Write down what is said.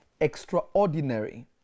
extraordinary